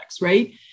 right